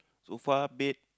sofa bed